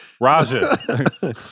Raja